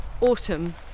autumn